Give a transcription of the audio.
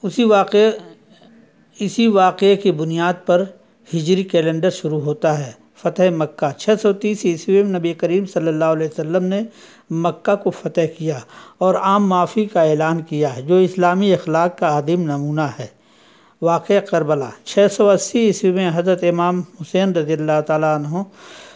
اسی واقعے اسی واقعے کی بنیاد پر ہجری کیلنڈر شروع ہوتا ہے فتح مکہ چھ سو تیس عیسوی میں نبی کریم صلی اللہ علیہ وسلم نے مکہ کو فتح کیا اور عام معافی کا اعلان کیا ہے جو اسلامی اخلاق کا عدم نمونہ ہے واقعہ کربلا چھ سو اسّی عیسوی میں حضرت امام حسین رضی اللہ تعالیٰ عنہ